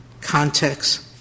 context